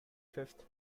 fifth